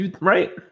right